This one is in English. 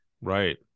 Right